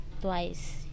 twice